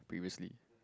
previously